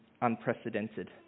unprecedented